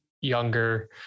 younger